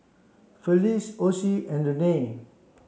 Felice Ocie and Renae